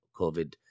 COVID